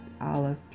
olive